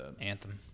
Anthem